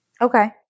Okay